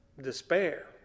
despair